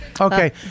Okay